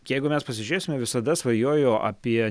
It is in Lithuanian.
jeigu mes pasižiūrėsime visada svajojo apie